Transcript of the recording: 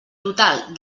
total